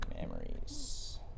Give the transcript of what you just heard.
memories